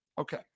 Okay